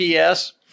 PS